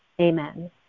Amen